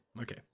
okay